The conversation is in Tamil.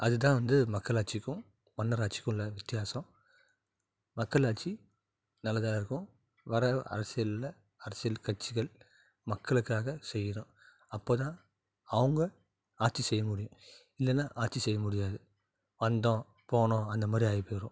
அது தான் வந்து மக்களாட்சிக்கும் மன்னர் ஆட்சிக்கும் உள்ள வித்தியாசம் மக்களாட்சி நல்லதாக இருக்கும் வர அரசியலில் அரசியல் கட்சிகள் மக்களுக்காக செய்யணும் அப்போ தான் அவங்க ஆட்சி செய்ய முடியும் இல்லைன்னா ஆட்சி செய்ய முடியாது வந்தோம் போனோம் அந்த மாதிரி ஆகிப்போயிரும்